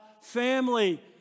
family